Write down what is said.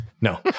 No